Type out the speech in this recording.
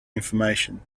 information